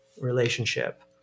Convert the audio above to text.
relationship